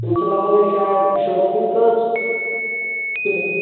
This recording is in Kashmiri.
تِم چھِ لَگَن اَسہِ شایَد شُراہ کِنہٕ کٔژ